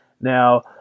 Now